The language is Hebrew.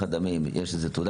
יש איזה List